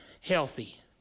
healthy